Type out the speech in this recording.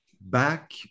Back